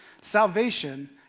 salvation